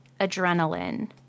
adrenaline